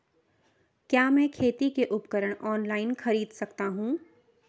क्या मैं खेती के उपकरण ऑनलाइन खरीद सकता हूँ?